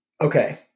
okay